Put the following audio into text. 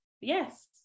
yes